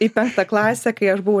į penktą klasę kai aš buvau